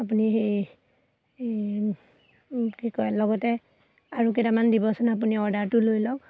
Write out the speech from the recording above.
আপুনি সেই এই কি কয় লগতে আৰু কেইটামান দিবচোন আপুনি অৰ্ডাৰটো লৈ লওক